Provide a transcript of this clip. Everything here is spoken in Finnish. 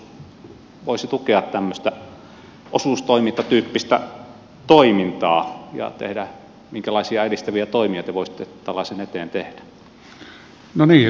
miten hallitus voisi tukea tämmöistä osuustoimintatyyppistä toimintaa ja minkälaisia edistäviä toimia te voisitte tällaisen eteen tehdä